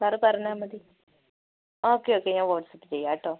sir പറഞ്ഞാൽ മതി okay okay ഞാൻ വാട്ട്സ്ആപ്പ് ചെയ്യാട്ടോ